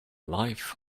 life